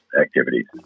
activities